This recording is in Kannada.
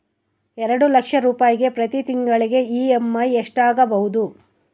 ಎರಡು ಲಕ್ಷ ರೂಪಾಯಿಗೆ ಪ್ರತಿ ತಿಂಗಳಿಗೆ ಇ.ಎಮ್.ಐ ಎಷ್ಟಾಗಬಹುದು?